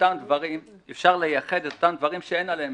דברים אפשר לייחד את אותם דברים שלגביהם אין מחלוקת?